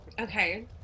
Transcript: okay